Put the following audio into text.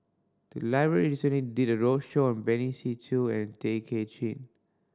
the library recently did a roadshow on Benny Se Teo and Tay Kay Chin